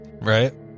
right